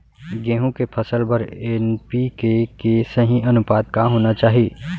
गेहूँ के फसल बर एन.पी.के के सही अनुपात का होना चाही?